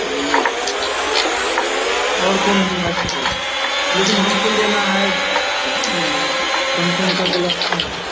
और कौन नया मोबाईल है लेकिन हमको लेना है समसन्ग का गैलेक्सी